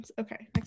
okay